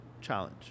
challenge